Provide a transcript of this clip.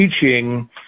teaching